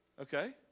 Okay